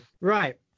right